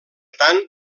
tant